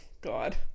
god